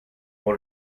pour